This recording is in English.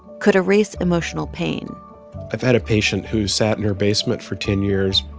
could erase emotional pain i've had a patient who sat in her basement for ten years,